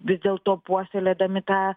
vis dėlto puoselėdami tą